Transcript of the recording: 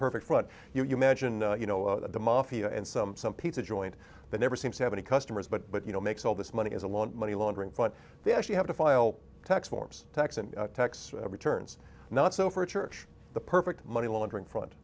perfect what you imagine you know of the mafia and some some pizza joint that never seems to have any customers but but you know makes all this money is a lot of money laundering but they actually have to file tax forms tax and tax returns not so for a church the perfect money laundering front